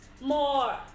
more